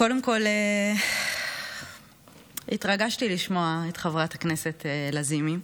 קודם כול התרגשתי לשמוע את חברת הכנסת לזימי.